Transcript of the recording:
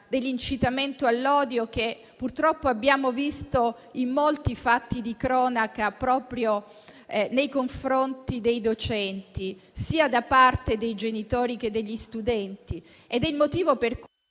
dell'incitamento all'odio, che purtroppo abbiamo visto in molti fatti di cronaca proprio nei confronti dei docenti, sia da parte dei genitori che degli studenti.